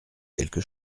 quelque